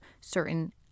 certain